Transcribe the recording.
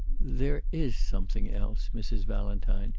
there is something else, mrs. valentine,